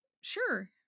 sure